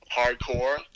hardcore